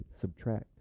subtract